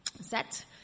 set